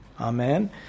Amen